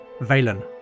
Valen